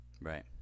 right